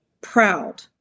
proud